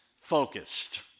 focused